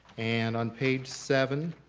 and on page seven,